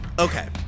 Okay